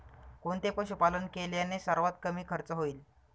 कोणते पशुपालन केल्याने सर्वात कमी खर्च होईल?